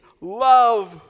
love